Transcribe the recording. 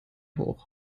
hoch